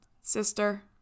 sister